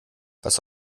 was